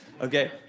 Okay